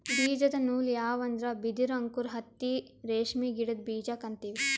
ಬೀಜದ ನೂಲ್ ಯಾವ್ ಅಂದ್ರ ಬಿದಿರ್ ಅಂಕುರ್ ಹತ್ತಿ ರೇಷ್ಮಿ ಗಿಡದ್ ಬೀಜಕ್ಕೆ ಅಂತೀವಿ